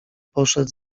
poszedł